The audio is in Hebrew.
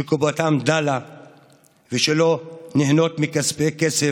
שקופתן דלה ושלא נהנות מסכומי כסף